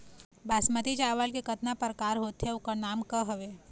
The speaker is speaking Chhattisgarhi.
बासमती चावल के कतना प्रकार होथे अउ ओकर नाम क हवे?